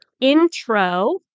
intro